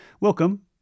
welcome